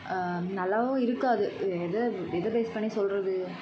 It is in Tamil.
நல்லாவும் இருக்காது எதை எதை பேஸ் பண்ணி சொல்கிறது